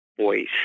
voice